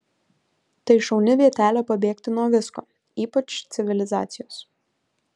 tai šauni vietelė pabėgti nuo visko ypač civilizacijos